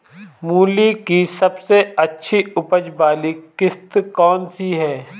मूली की सबसे अच्छी उपज वाली किश्त कौन सी है?